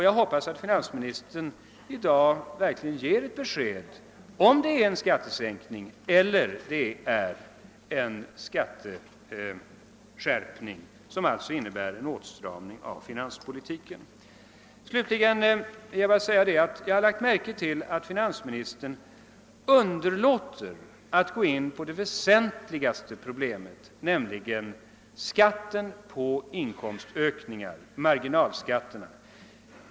Jag hoppas att finansministern i dag verkligen ger ett besked, om det är en skattesänkning eller om det är en skatteskärpning, som alltså innebär en åtstramning av finanspolitiken. Slutligen vill jag säga att jag har lagt märke till att finansministern underlåter att gå in på det väsentligaste problemet, nämligen skatten på inkomstökning, marginalskatten.